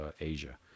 asia